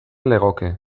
legoke